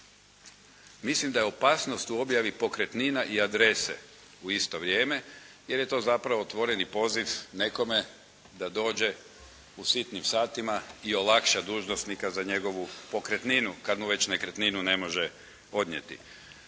Mislim da je opasnost u objavi pokretnina i adrese u isto vrijeme, jer to zapravo otvoreni poziv nekome da dođe u sitnim satima i olakša dužnosnika za njegovu pokretninu, kad mu već nekretninu ne može odnijeti.